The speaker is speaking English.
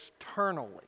externally